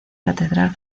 catedral